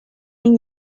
این